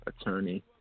Attorney